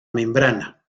membrana